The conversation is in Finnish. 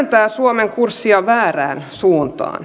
itä suomen kurssi on väärään suuntaan